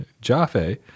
Jaffe